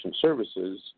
services